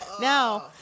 Now